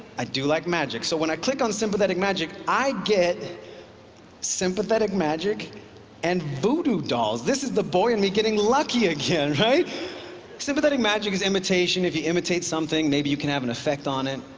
i do like magic. so when i click on sympathetic magic, i get sympathetic magic and voodoo dolls. this is the boy in me getting lucky again. sympathetic magic is imitation. if you imitate something, maybe you can have an effect on it.